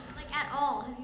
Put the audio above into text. like at all.